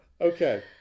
Okay